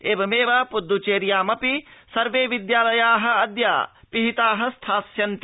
एवमेव पुद्दुचेर्यामपि सर्वे विद्यालया अद्य पिहिता स्थास्यन्ति